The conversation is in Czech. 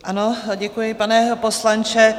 Ano, děkuji, pane poslanče.